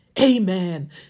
amen